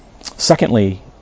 Secondly